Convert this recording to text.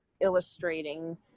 illustrating